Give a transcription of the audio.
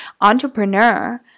entrepreneur